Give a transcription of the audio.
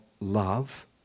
love